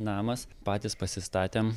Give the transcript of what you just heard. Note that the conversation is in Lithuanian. namas patys pasistatėm